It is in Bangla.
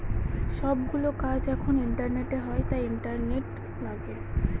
সব গুলো কাজ এখন ইন্টারনেটে হয় তার জন্য ইন্টারনেট লাগে